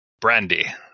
brandy